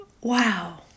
Wow